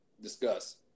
discuss